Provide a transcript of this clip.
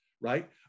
right